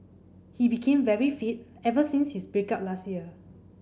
he became very fit ever since his break up last year